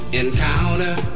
encounter